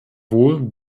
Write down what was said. wohl